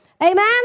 Amen